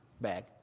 bag